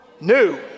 New